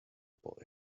boy